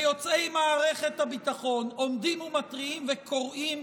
אנשי משפט ויוצאי מערכת המשפט עומדים ומתריעים וקוראים: